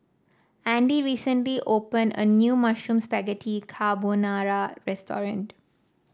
Andy recently opened a new Mushroom Spaghetti Carbonara Restaurant